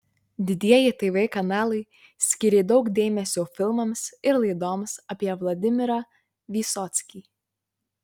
didieji tv kanalai skyrė daug dėmesio filmams ir laidoms apie vladimirą vysockį